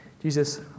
Jesus